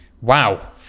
Wow